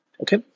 Okay